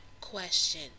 question